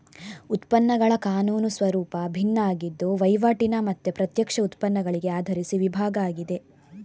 ಉತ್ಪನ್ನಗಳ ಕಾನೂನು ಸ್ವರೂಪ ಭಿನ್ನ ಆಗಿದ್ದು ವೈವಾಟಿನ ಮತ್ತೆ ಪ್ರತ್ಯಕ್ಷ ಉತ್ಪನ್ನಗಳಿಗೆ ಆಧರಿಸಿ ವಿಭಾಗ ಆಗಿದೆ